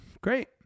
great